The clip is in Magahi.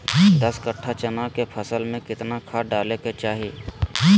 दस कट्ठा चना के फसल में कितना खाद डालें के चाहि?